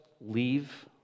leave